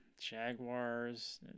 Jaguars